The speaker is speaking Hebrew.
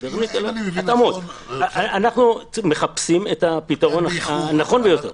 אנחנו מחפשים את הפתרון הטוב ביותר.